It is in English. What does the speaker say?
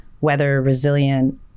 weather-resilient